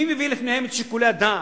מי מביא לפניהם את שיקולי הדעת?